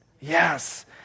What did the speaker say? Yes